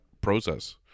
process